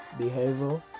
behavior